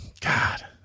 God